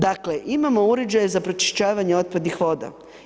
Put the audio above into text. Dakle, imamo uređaja za pročišćavanje otpadnih voda.